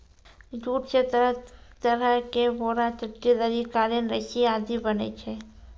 jute स तरह तरह के बोरा, चट्टी, दरी, कालीन, रस्सी आदि बनै छै